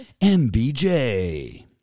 MBJ